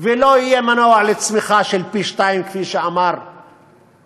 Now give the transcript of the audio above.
ולא יהיה מנוע לצמיחה של פי-שניים, כפי שאמר כלכלן